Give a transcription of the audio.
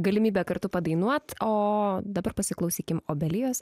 galimybę kartu padainuot o dabar pasiklausykim obelijos